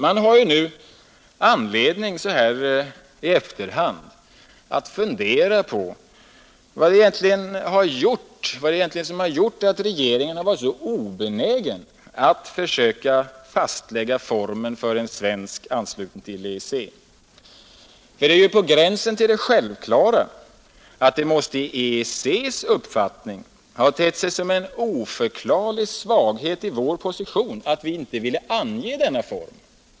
Man har nu anledning, så här i efterhand, att fundera på vad det egentligen är som har gjort att regeringen varit så obenägen att försöka fastlägga formen för en svensk anslutning till EEC. Det är på gränsen till det självklara att det i EEC:s uppfattning måste ha tett sig som en oförklarlig svaghet i vår position att vi inte ville ange denna form.